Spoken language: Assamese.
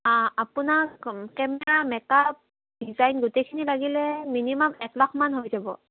আপোনাক কেমেৰা মেকাপ ডিজাইন গোটেইখিনি লাগিলে মিনিমাম এক লাখমান হৈ যাব